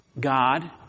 God